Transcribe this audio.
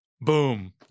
Boom